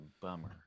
bummer